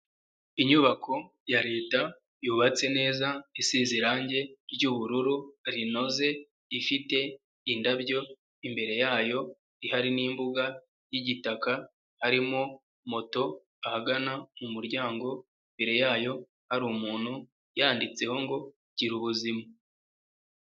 Inyubako ya leta yubatse neza isize irangi ry'ubururu rinoze ifite indabyo, imbere yayo hari n'imbuga y'igitaka, arimo moto ahagana mu muryango, imbere yayo hari umuntu yanditseho ngo gira ubuzima.